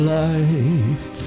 life